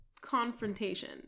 confrontation